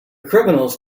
criminals